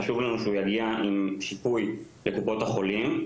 חשוב לנו שיגיע גם שיפוי לקופות החולים.